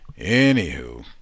anywho